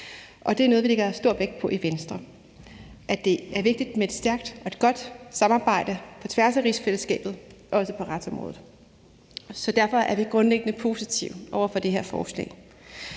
og det er noget, vi lægger stor vægt på i Venstre. Det er vigtigt med et stærkt og godt samarbejde på tværs af rigsfællesskabet, også på retsområdet. Derfor er vi grundlæggende positive over for det her lovforslag.